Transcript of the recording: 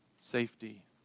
safety